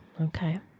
okay